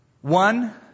One